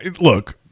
Look